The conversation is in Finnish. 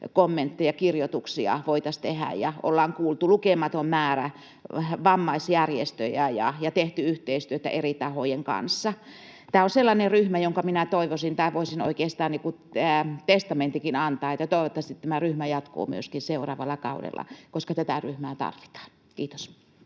kommentteja, kirjoituksia voitaisiin tehdä, ja ollaan kuultu lukematon määrä vammaisjärjestöjä ja tehty yhteistyötä eri tahojen kanssa. Tämä on sellainen ryhmä, jonka minä toivoisin jatkuvan, tai voisin oikeastaan testamentinkin antaa, että toivottavasti tämä ryhmä jatkuu myöskin seuraavalla kaudella, koska tätä ryhmää tarvitaan. — Kiitos.